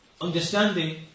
understanding